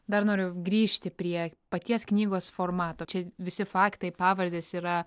dar noriu grįžti prie paties knygos formato čia visi faktai pavardės yra